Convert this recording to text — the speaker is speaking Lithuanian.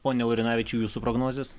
pone laurinavičiau jūsų prognozės